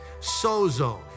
sozo